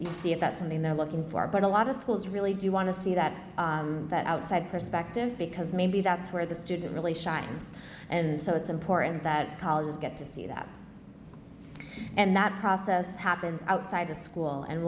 you see if that's something they're looking for but a lot of schools really do want to see that that outside perspective because maybe that's where the student really shines and so it's important that colleges get to see that and that process happens outside the school and